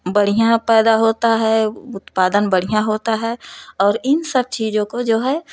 बढ़िया पैदा होता है उत्पादन बढ़िया होता है और इन सब चीज़ों को जो है